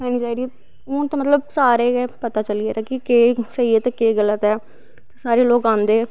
खानी चाही दियां हून ते मतलव सारे गै पता चली गेदा कि केह् स्पेई ऐ ते केह् गल्त ऐ सारे लोग आंदे